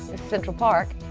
the central park.